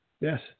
Yes